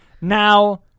Now